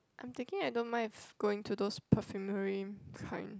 I'm thinking I don't mind if going to those perfumery kind